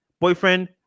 boyfriend